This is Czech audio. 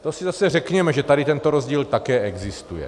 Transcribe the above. To si zase řekněme, že tady tento rozdíl také existuje.